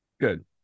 Good